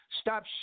Stop